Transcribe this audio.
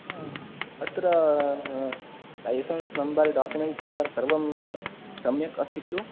अत्र licence number document number सर्वं सम्यक् अस्ति खलु